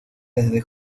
desde